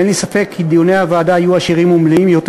ואין לי ספק כי דיוני הוועדה יהיו עשירים ומלאים יותר.